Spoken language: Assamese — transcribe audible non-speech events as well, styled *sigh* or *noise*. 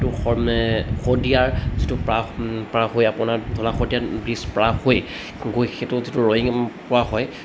*unintelligible* শদিয়াৰ যিটো *unintelligible* পাৰ হৈ আপোনাৰ ধলা শদিয়াৰ ব্ৰীজ পাৰ হৈ গৈ সেইটো যিটো ৰয়িং পোৱা হয়